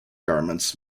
garments